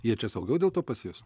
jie čia saugiau dėl to pasjus